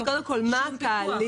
לא היה שום פיקוח.